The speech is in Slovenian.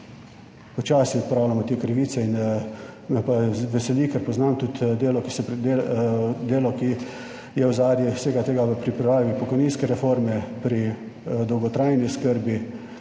počasi odpravljamo te krivice. Me pa veseli, ker poznam tudi delo, ki so delo, ki je ozadje vsega tega v pripravi pokojninske reforme pri dolgotrajni oskrbi,